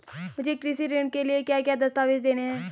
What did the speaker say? मुझे कृषि ऋण के लिए क्या क्या दस्तावेज़ देने हैं?